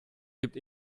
gibt